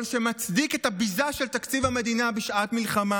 שמצדיק את הביזה של תקציב המדינה בשעת מלחמה,